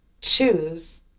choose